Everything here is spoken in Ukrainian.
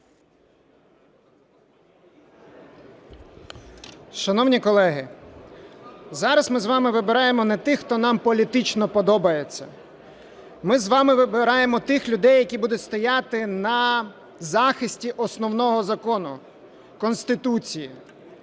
Шановні колеги, зараз ми з вами вибираємо не тих, хто нам політично подобається, ми з вами вибираємо тих людей, які будуть стояти на захисті Основного Закону – Конституції.